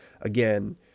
again